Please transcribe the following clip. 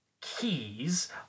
keys